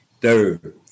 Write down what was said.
third